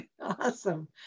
Awesome